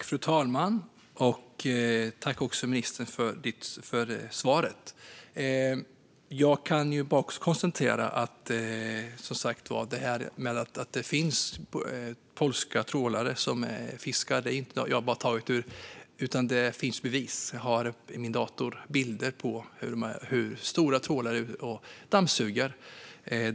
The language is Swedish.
Fru talman! Jag tackar ministern för svaret. Jag kan bara konstatera att det finns bevis för att det finns polska trålare som fiskar. Jag har i min dator bilder på stora trålare som dammsuger.